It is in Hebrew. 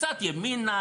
קצת ימינה,